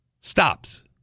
Stops